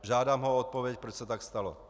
Žádám ho odpověď, proč se tak stalo.